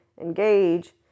engage